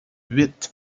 huit